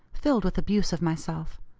filled with abuse of myself.